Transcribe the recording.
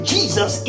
Jesus